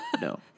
no